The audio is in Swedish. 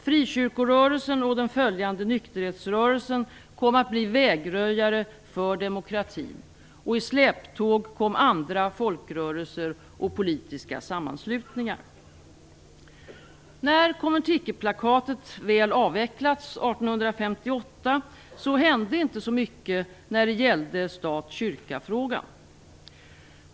Frikyrkorörelsen och den följande nykterhetsrörelsen kom att bli vägröjare för demokrati. I släptåg kom andra folkrörelser och politiska sammanslutningar. hände inte så mycket i stat-kyrka-frågan.